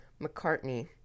mccartney